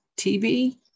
TV